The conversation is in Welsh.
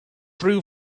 rhyw